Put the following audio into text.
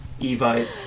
Evite